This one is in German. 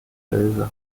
lösen